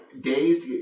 days